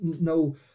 no